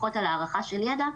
פחות על הערכה של ידע,